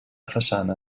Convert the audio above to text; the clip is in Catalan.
façana